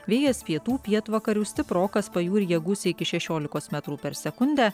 vėjas pietų pietvakarių stiprokas pajūryje gūsiai iki šešiolikos metrų per sekundę